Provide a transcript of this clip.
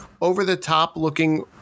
over-the-top-looking